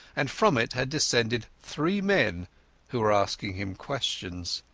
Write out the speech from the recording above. and from it had descended three men who were asking him questions.